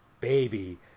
baby